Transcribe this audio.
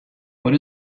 what